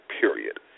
period